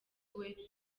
iwe